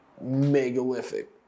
megalithic